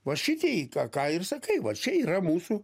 va šitie į tą ką ir sakai va čia yra mūsų